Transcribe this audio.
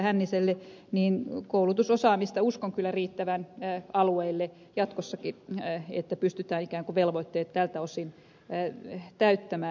hänniselle koulutusosaamista uskon kyllä riittävän alueille jatkossakin että pystytään ikään kuin velvoitteet tältä osin täyttämään